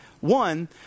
One